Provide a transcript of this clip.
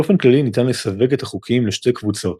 באופן כללי, ניתן לסווג את החוקים לשתי קבוצות